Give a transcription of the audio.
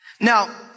Now